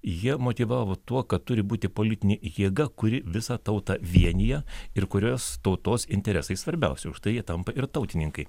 jie motyvavo tuo kad turi būti politinė jėga kuri visą tautą vienija ir kurios tautos interesai svarbiausi už tai jie tampa ir tautininkai